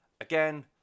Again